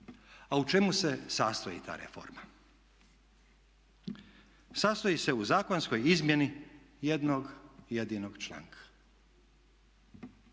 A u čemu se sastoji ta reforma? Sastoji se u zakonskoj izmjeni jednog jedinog članka.